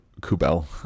kubel